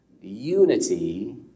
unity